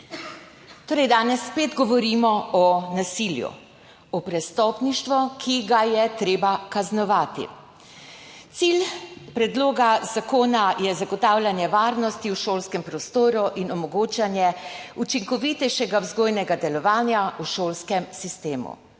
torej spet govorimo o nasilju, o prestopništvu, ki ga je treba kaznovati. Cilj predloga zakona je zagotavljanje varnosti v šolskem prostoru in omogočanje učinkovitejšega vzgojnega delovanja v šolskem sistemu.